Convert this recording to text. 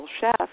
chef